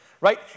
right